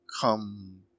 come